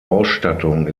ausstattung